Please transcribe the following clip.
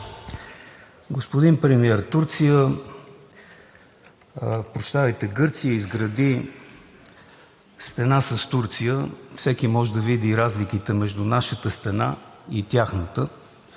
Господин Премиер, Гърция изгради стена с Турция, всеки може да види разликите между нашата стена и тяхната.